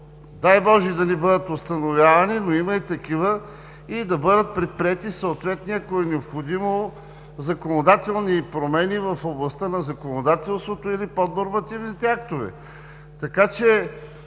дай Боже, да не бъдат установявани, но има и такива, и да бъдат предприети съответните законодателни промени в областта на законодателството или поднормативните актове.